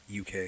UK